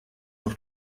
auf